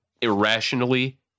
irrationally